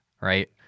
right